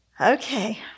Okay